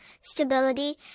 stability